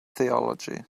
theology